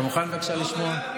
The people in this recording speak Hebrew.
אתה מוכן בבקשה לשמוע?